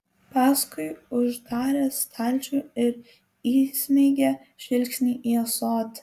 paskui uždarė stalčių ir įsmeigė žvilgsnį į ąsotį